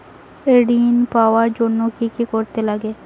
ঋণ পাওয়ার জন্য কি কি করতে লাগে?